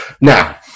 Now